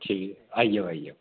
ठीक आई जाओ आई जाओ